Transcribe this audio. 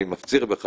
אני מפציר בך,